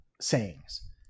sayings